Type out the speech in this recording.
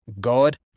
God